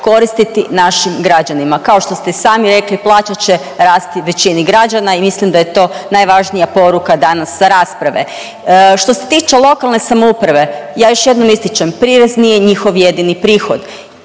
koristiti našim građanima. Kao što ste i sami rekli plaća će rasti većini građana. I mislim da je to najvažnija poruka danas sa rasprave. Što se tiče lokalne samouprave, ja još jednom ističem. Prirez nije njihov jedini prihod.